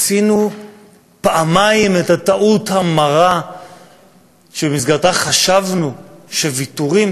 עשינו פעמיים את הטעות המרה שבמסגרתה חשבנו שוויתורים